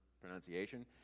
pronunciation